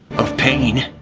of pain!